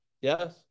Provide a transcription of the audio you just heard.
Yes